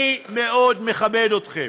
אני מאוד מכבד אתכם.